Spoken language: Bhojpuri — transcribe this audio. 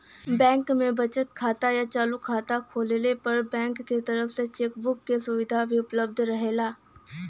बैंक में बचत खाता या चालू खाता खोलले पर बैंक के तरफ से चेक बुक क सुविधा भी उपलब्ध रहेला